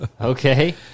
Okay